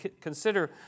Consider